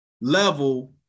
level